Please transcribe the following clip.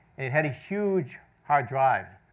it had a huge hard drive,